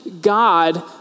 God